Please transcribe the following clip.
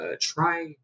try